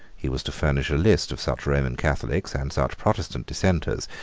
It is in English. he was to furnish a list of such roman catholics, and such protestant dissenters,